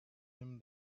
him